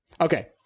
Okay